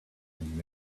and